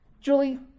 Julie